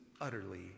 utterly